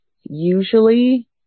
usually